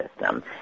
system